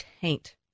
taint